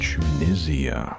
Tunisia